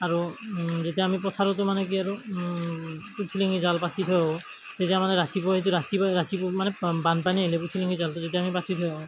আৰু যেতিয়া আমি পথাৰতো মানে কি আৰু পুঠি লাঙি জাল পাতি থৈ আহোঁ তেতিয়া মানে ৰাতিপুৱাইতো ৰাতিপুৱা ৰাতিপুৱা মানে বানপানী আহিলে পুঠি লাঙি জালটো যদি আমি পাতি থৈ আহোঁ